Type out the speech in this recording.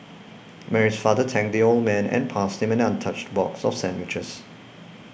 Mary's father thanked the old man and passed him an untouched box of sandwiches